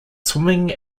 swimming